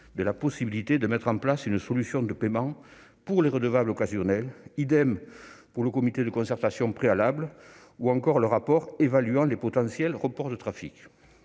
de la possibilité de mettre en place une solution de paiement pour les redevables occasionnels. Mais non ! pour le comité de concertation préalable ou encore le rapport évaluant les potentiels reports de trafic.